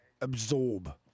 absorb